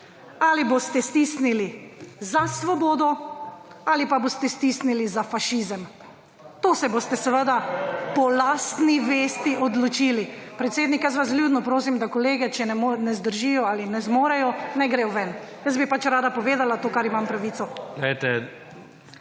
ali boste stisnili za svobodo ali pa boste stisnili za fašizem. To se boste seveda po lastni vesti odločili. Predsednik, jaz vas vljudno prosim, da kolegi, če ne zdržijo ali ne zmorejo, naj gredo ven, jaz bi pač rada povedala to, kar imam pravico.